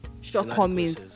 shortcomings